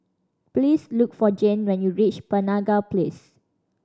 please look for Jane when you reach Penaga Place